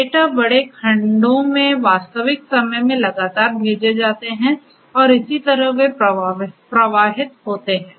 data बड़े खंडों में वास्तविक समय में लगातार भेजे जाते हैं और इसी तरह वे प्रवाहित होते हैं